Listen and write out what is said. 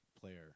player